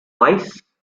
wise